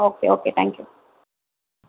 okay okay thank you